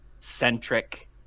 centric